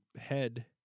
head